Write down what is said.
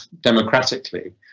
democratically